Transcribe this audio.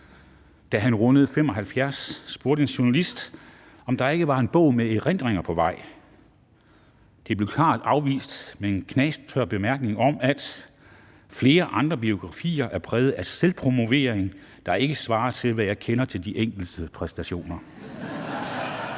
Da han rundede 75 år, spurgte en journalist, om der ikke var en bog med erindringer på vej. Det blev klart afvist med en knastør bemærkning om, at »flere andre biografier er præget af en selvpromovering, der ikke svarer til, hvad jeg kender til de enkeltes præstationer.«